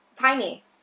Tiny